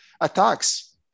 attacks